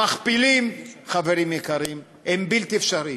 המכפילים, חברים יקרים, הם בלתי אפשריים,